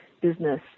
business